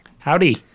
Howdy